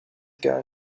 ago